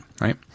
Right